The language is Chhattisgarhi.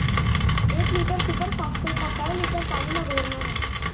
एक लीटर सुपर फास्फेट ला कए लीटर पानी मा घोरना हे?